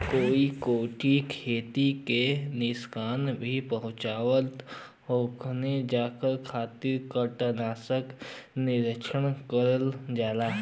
कई कीट खेती के नुकसान भी पहुंचावत हउवन जेकरे खातिर कीटनाशक नियंत्रण करल जाला